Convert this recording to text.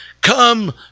come